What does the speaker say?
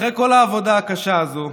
אחרי כל העבודה הקשה הזו,